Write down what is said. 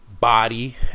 body